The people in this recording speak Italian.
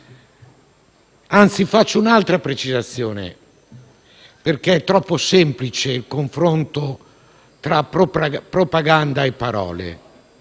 questo, faccio un'altra precisazione, perché è troppo semplice il confronto tra propaganda e parole: